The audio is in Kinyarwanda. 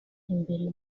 imbere